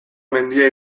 mendia